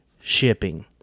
shipping